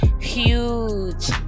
huge